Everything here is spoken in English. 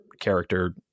character